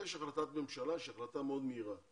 יש החלטת ממשלה, החלטה מאוד מהירה,